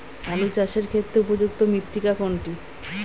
আলু চাষের ক্ষেত্রে উপযুক্ত মৃত্তিকা কোনটি?